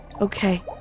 Okay